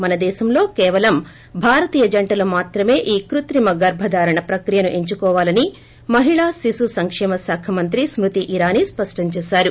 మన దేశంలో కేవలం భారతీయ జంటలు మాత్రమే ఈ కృత్రిమ గర్బ ధారణ ప్రక్రియను ఎంచుకోవాలని మహిళా శిశు సంకేమ శాఖ మంత్రి స్కృతి ఇరానీ స్పష్టం చేశారు